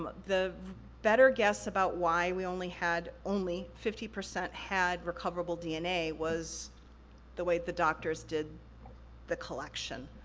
um ah the better guess about why we only had, only fifty percent had recoverable dna was the way the doctors did the collection.